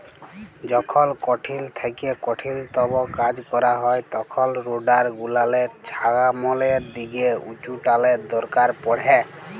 যখল কঠিল থ্যাইকে কঠিলতম কাজ ক্যরা হ্যয় তখল রোডার গুলালের ছামলের দিকে উঁচুটালের দরকার পড়হে